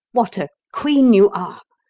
what a queen you are!